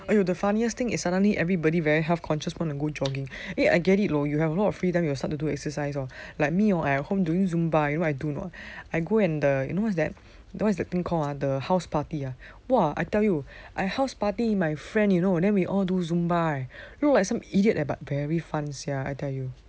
!aiyo! the funniest thing is suddenly everybody very health conscious wanna go jogging eh I get it you have a lot of free time you start to do exercise or like me hor I at home doing zumba you know what I do or not I go and the you know what is that the what's that thing called ah the house party ah !wah! I tell you I house party with my friend you know then we all do zumba eh look like some idiot but very fun sia I tell you